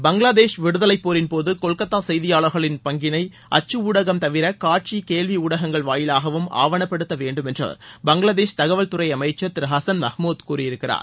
பங்களாதேஷ் விடுதலைப்போரின்போது கொல்கத்தா செய்தியாளர்களின் பங்கினை அச்சு ஊடகம் தவிர காட்சி கேள்வி ஊடகங்கள் வாயிலாகவும் ஆவணப்படுத்த வேண்டும் என்று பங்களாதேஷ் தகவல் துறை அமைச்சர் திரு ஹாசன் மெஹ்மூத் கூறியிருக்கிறார்